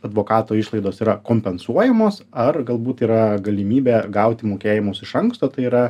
advokato išlaidos yra kompensuojamos ar galbūt yra galimybė gauti mokėjimus iš anksto tai yra